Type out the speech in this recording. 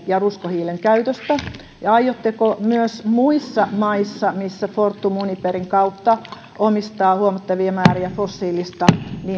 ja hiilen käytöstä aiotteko myös muissa maissa missä fortum uniperin kautta omistaa huomattavia määriä fossiilista